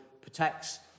protects